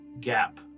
gap